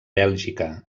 bèlgica